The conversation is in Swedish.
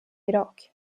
irak